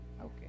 Okay